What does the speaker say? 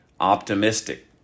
optimistic